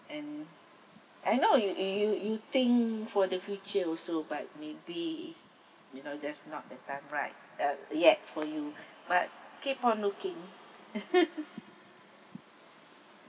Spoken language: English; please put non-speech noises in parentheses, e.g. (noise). and I know you you you you think for the future also but maybe it's you know just not the time right uh yet for you but keep on looking (laughs)